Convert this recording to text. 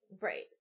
Right